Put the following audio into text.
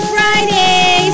Friday